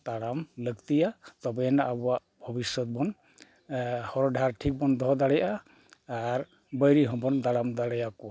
ᱛᱟᱲᱟᱢ ᱞᱟᱹᱠᱛᱤᱭᱟᱜ ᱛᱚᱵᱮ ᱟᱱᱟᱜ ᱟᱵᱚᱣᱟᱜ ᱵᱷᱚᱵᱤᱥᱥᱚᱛ ᱵᱚᱱ ᱦᱚᱨ ᱰᱟᱦᱟᱨ ᱴᱷᱤᱠ ᱵᱚᱱ ᱫᱚᱦᱚ ᱫᱟᱲᱮᱭᱟᱜᱼᱟ ᱟᱨ ᱵᱟᱹᱭᱨᱤ ᱦᱚᱸᱵᱚᱱ ᱫᱟᱨᱟᱢ ᱫᱟᱲᱮᱭᱟ ᱠᱚᱣᱟ